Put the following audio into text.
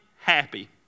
happy